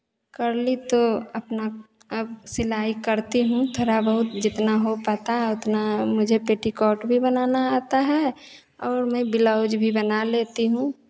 कर ली तो अपना अब सिलाई करती हूँ थोड़ा बहुत जितना हो पाता है उतना मुझे पेटीकोट भी बनाना आता है और मैं ब्लाउज़ भी बना लेती हूँ